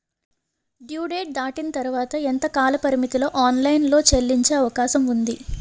Due date దాటిన తర్వాత ఎంత కాలపరిమితిలో ఆన్ లైన్ లో చెల్లించే అవకాశం వుంది?